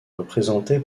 représentée